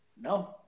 No